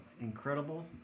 incredible